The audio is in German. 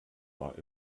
war